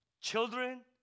Children